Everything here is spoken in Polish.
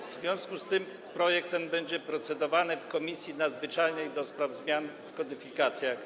W związku z tym projekt ten będzie procedowany w Komisji Nadzwyczajnej do spraw zmian w kodyfikacjach.